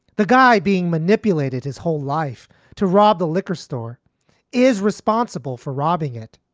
the guy being manipulated his whole life to rob the liquor store is responsible for robbing it.